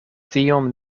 tion